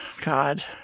God